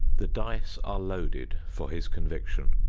the dice are loaded for his conviction.